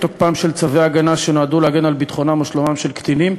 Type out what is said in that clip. תוקפם של צווי הגנה שנועדו להגן על ביטחונם או שלומם של קטינים.